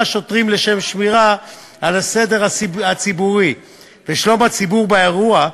שוטרים לשם שמירה על הסדר הציבורי ושלום הציבור באירוע,